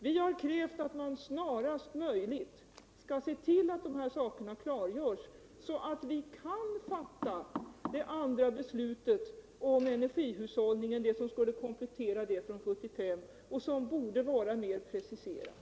Vi har krävt att man snarast 69 möjligt skall se till att de här sakerna klargörs, så att vi kan fatta det andra beslutet om energihushållningen, det som skulle komplettera beslutet från 1975 och som borde vara mer preciserat.